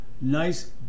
nice